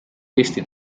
eesti